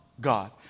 God